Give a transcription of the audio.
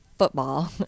Football